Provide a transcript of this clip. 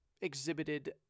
exhibited